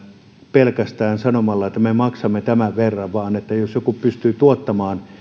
pelkästään sanomalla että me maksamme tämän verran vaan jos joku pystyy tuottamaan